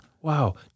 wow